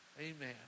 Amen